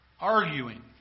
Arguing